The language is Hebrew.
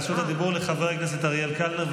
רשות הדיבור לחבר הכנסת אריאל קלנר,